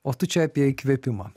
o tu čia apie įkvėpimą